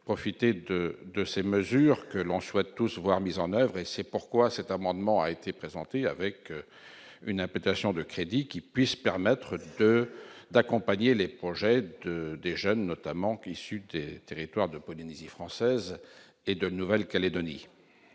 profiter de de ces mesures que l'on souhaite tous voir mises en oeuvre et c'est pourquoi cet amendement a été présentée avec une imputation de crédit qui puisse permettre d'accompagner les projets de des jeunes notamment qui sud et territoire de Polynésie française, et de Nouvelle-Calédonie.